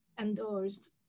endorsed